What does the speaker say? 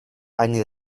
eine